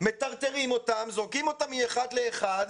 מטרטרים אותם, זורקים אותם מאחד לאחד,